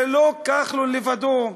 זה לא כחלון לבדו,